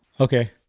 Okay